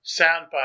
soundbite